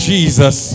Jesus